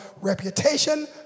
reputation